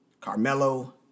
Carmelo